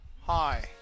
Hi